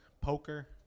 poker